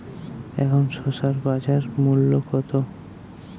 এখন শসার বাজার মূল্য কত?